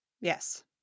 Yes